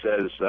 says